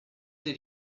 did